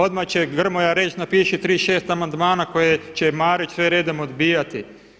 Odmah će Grmoja reći napiši 36 amandmana koje će Marić sve redom odbijati.